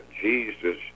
Jesus